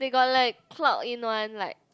they got like clock in one like